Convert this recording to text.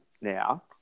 now